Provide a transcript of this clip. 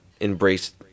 Embrace